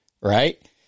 right